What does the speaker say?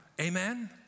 Amen